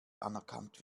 anerkannt